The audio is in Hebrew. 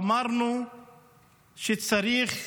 אמרנו שצריך,